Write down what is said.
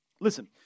Listen